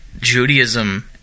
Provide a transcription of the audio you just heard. Judaism